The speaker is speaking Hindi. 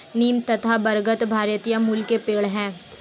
नीम तथा बरगद भारतीय मूल के पेड है